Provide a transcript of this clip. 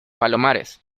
palomares